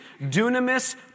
dunamis